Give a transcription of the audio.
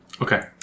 Okay